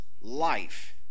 life